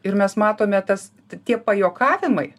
ir mes matome tas tie pajuokavimai